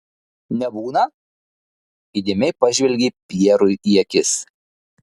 nebūna įdėmiai pažvelgei pjerui į akis